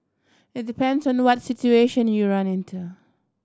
it depends on what situation you run into